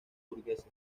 burgueses